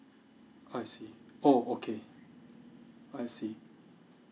I see oh okay I see